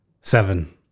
Seven